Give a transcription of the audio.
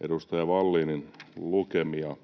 edustaja Vallinin lukemia,